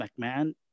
mcmahon